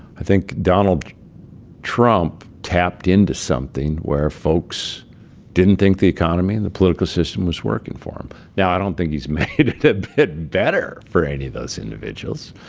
i think donald trump tapped into something where folks didn't think the economy and the political system was working for them now, i don't think he's made it a bit better for any of those individuals.